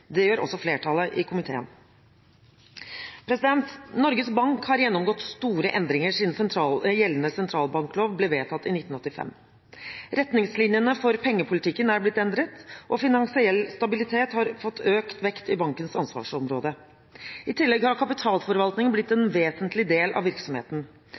Det gjør også flertallet i komiteen. Norges Bank har gjennomgått store endringer siden gjeldende sentralbanklov ble vedtatt i 1985. Retningslinjene for pengepolitikken er blitt endret, og finansiell stabilitet har fått økt vekt i bankens ansvarsområde. I tillegg har kapitalforvaltning blitt en vesentlig del av virksomheten.